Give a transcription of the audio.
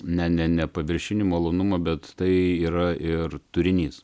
ne ne ne paviršinį malonumą bet tai yra ir turinys